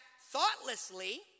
thoughtlessly